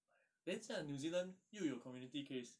then 现在 new zealand 又有 community case